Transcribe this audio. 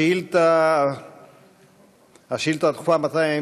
השאילתה הדחופה מס'